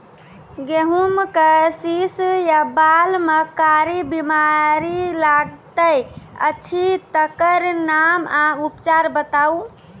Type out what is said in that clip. गेहूँमक शीश या बाल म कारी बीमारी लागतै अछि तकर नाम आ उपचार बताउ?